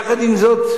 יחד עם זאת,